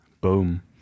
Boom